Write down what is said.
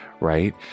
right